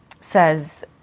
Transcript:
says